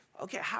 okay